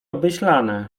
obmyślane